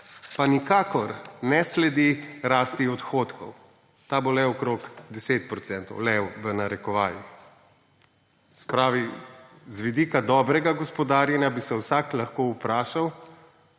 pa nikakor ne sledi rasti odhodkov. Ta bo »le« okrog 10 %. Le v narekovajih. Z vidika dobrega gospodarjenja bi se vsak lahko vprašal,